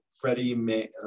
Freddie